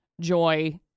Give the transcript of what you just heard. Joy